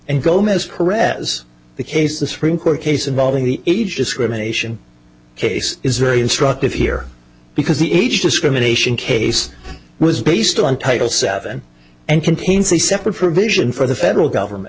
as the case the supreme court case involving the age discrimination case is very instructive here because the age discrimination case was based on title seven and contains a separate provision for the federal government